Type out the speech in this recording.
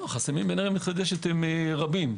הם רבים.